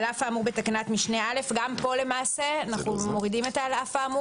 (ג) על אף האמור בתקנת משנה (א) פה צריך את על אף האמור?